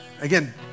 again